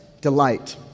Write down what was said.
delight